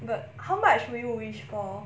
but how much will you wish for